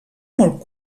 molt